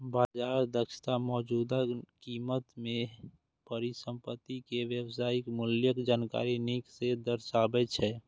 बाजार दक्षता मौजूदा कीमत मे परिसंपत्ति के वास्तविक मूल्यक जानकारी नीक सं दर्शाबै छै